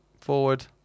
Forward